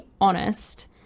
honest